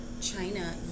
China